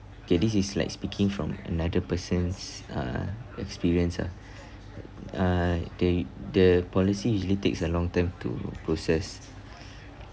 okay this is like speaking from another person's uh experience ah uh they the policy usually takes a long time to process